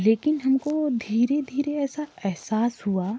लेकिन हमको धीरे धीरे ऐसा एहसास हुआ